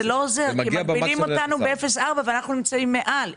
מגבילים אותנו ב-0.4 ואנחנו נמצאים מעל.